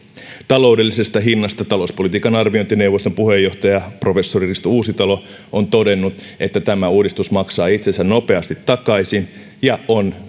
taloudellisesta hinnasta talouspolitiikan arviointineuvoston puheenjohtaja professori roope uusitalo on todennut että tämä uudistus maksaa itsensä nopeasti takaisin ja on